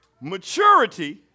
maturity